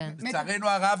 לצערנו הרב,